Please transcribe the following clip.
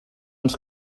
ens